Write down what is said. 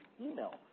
email